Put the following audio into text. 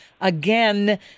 Again